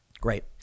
Great